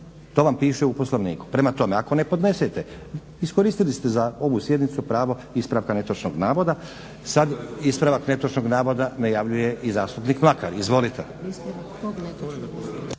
To vam piše u poslovniku. Prema tome ako ne podnesete, iskoristili ste za ovu sjednicu pravo ispravka netočnog navoda. Sada ispravak netočnog navoda najavljuje i zastupnik Mlakar. Izvolite.